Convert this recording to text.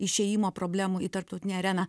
išėjimo problemų į tarptautinę areną